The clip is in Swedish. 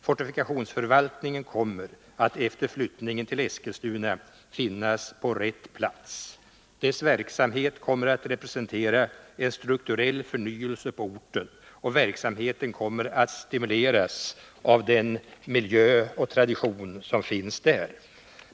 Fortifikationsförvaltningen kommer att efter flyttningen till Eskilstuna finnas på rätt plats. Dess verksamhet kommer att representera en strukturell förnyelse på orten, och verksamheten kommer att stimuleras av den miljö och tradition som finns där.